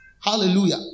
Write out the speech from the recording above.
Hallelujah